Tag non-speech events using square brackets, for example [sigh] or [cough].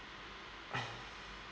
[noise]